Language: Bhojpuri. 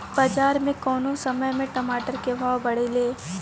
बाजार मे कौना समय मे टमाटर के भाव बढ़ेले?